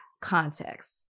context